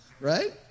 Right